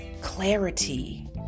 clarity